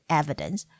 evidence